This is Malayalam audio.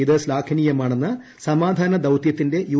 ഇത് ഗ്ലാഘനീയമാണെന്ന് സമാധാന ദൌതൃത്തിന്റെ യു